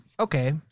Okay